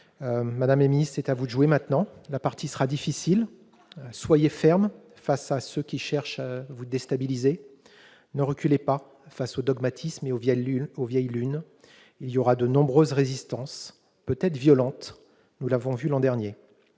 Madame la ministre, c'est maintenant à vous de jouer. La partie sera difficile. Soyez ferme face à ceux qui cherchent à vous déstabiliser. Ne reculez pas devant les dogmatismes et les vieilles lunes. Il y aura de nombreuses résistances, peut-être violentes, comme nous avons pu en voir l'an dernier.